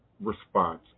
response